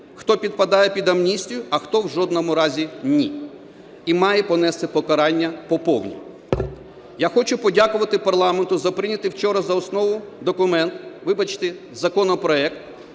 хто підпадає під амністію, а хто в жодному разі – ні, і має понести покарання по повній. Я хочу подякувати парламенту за прийнятий вчора за основу документ, вибачте, законопроект,